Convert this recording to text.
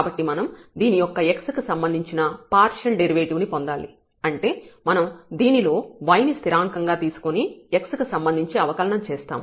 కాబట్టి మనం దీని యొక్క x కి సంబంధించిన పార్షియల్ డెరివేటివ్ ని పొందాలి అంటే మనం దీనిలో y ని స్థిరాంకం గా తీసుకుని x కి సంబంధించి అవకలనం చేస్తాము